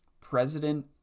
President